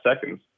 seconds